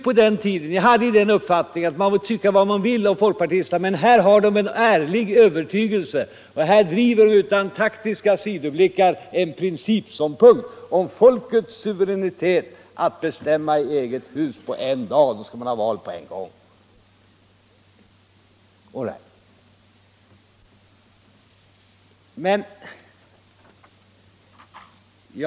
På den tiden hade jag också den uppfattningen, att man får tycka vad man vill om folkpartisterna men här har de en ärlig övertygelse. Här driver de utan taktiska sidoblickar en principiell linje om folkets suveränitet att bestämma i eget hus på en dag, och då skall vi också ha val på en och samma gång. All right!